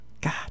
God